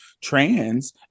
trans